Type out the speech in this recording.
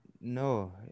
No